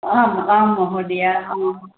आम् आं महोदय